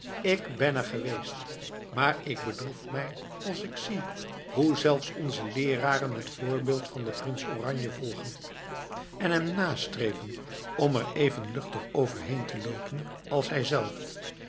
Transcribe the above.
ik ben er geweest maar ik bedroef mij als ik zie hoe zelfs onze leeraren het voorbeeld van den prins van oranje volgen en hem nastreven om er even luchtig over heen te loopen als hijzelf